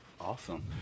awesome